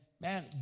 Man